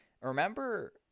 remember